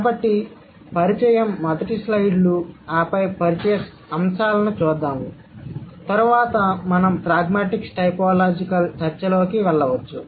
కాబట్టి పరిచయం మొదట స్లైడ్లు ఆపై పరిచయ అంశాలు చుద్దాము ఆ పై మనం ప్రాగ్మాటిక్స్ టైపోలాజికల్ చర్చలలోకి వెళ్లవచ్చు